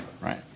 Right